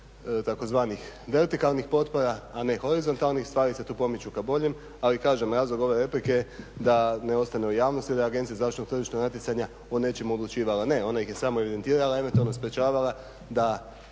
tzv. vertikalnih potpora, a ne horizontalnih, stvari se tu pomiču ka boljem, ali kažem, razlog ove replike je da ne ostane u javnosti, da Agencija za zaštitu tržišnog natjecanja o nečemu odlučivala. Ne, ona ih je samo evidentirala, … sprečavala da